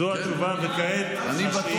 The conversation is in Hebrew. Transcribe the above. זו התשובה, וכעת, הבנתי.